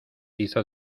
hizo